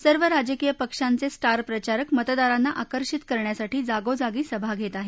सर्वच राजकीय पक्षांचे स्टार प्रचारक मतदारांना आकर्षित करण्यासाठी जागोजागी सभा घेत आहेत